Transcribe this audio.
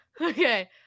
Okay